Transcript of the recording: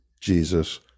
Jesus